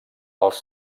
els